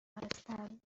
هستند